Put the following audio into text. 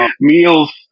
meals